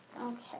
Okay